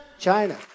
China